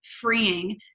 freeing